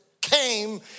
came